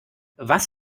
was